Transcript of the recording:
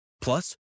Plus